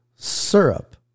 Syrup